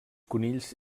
conills